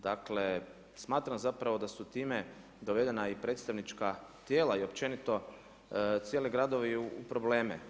Dakle, smatram zapravo da su time dovedena i predstavnička tijela i općenito cijeli gradovi u probleme.